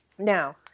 Now